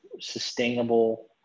sustainable